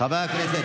חברי הכנסת,